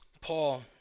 Paul